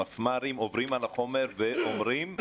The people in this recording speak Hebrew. המפמ"רים עוברים על החומר ואומרים,